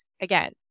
again